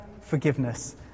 forgiveness